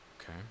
okay